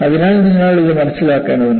അതിനാൽ നിങ്ങൾ ഇത് മനസ്സിലാക്കേണ്ടതുണ്ട്